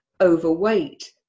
overweight